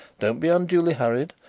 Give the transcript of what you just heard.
don't be unduly hurried,